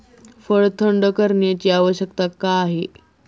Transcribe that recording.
फळ थंड करण्याची आवश्यकता का आहे?